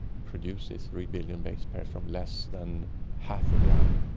produced these three billion base pairs, from less than half a gram.